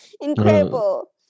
incredible